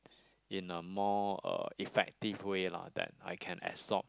in a more uh effective way lah that I can absorb